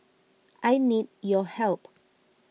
I need your help